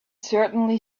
certainly